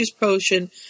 potion